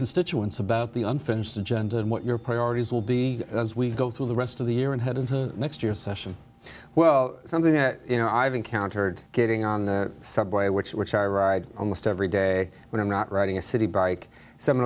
constituents about the unfinished agenda and what your priorities will be as we go through the rest of the year and head into next year session well something that you know i've encountered getting on the subway which i ride almost every day when i'm not writing a city bike s